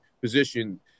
position